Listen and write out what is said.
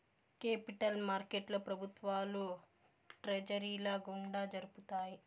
capital మార్కెట్లో ప్రభుత్వాలు ట్రెజరీల గుండా జరుపుతాయి